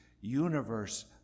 universe